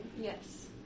Yes